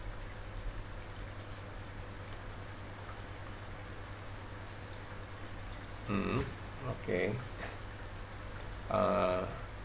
mm okay uh